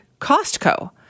Costco